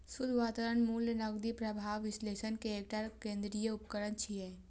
शुद्ध वर्तमान मूल्य नकदी प्रवाहक विश्लेषण मे एकटा केंद्रीय उपकरण छियै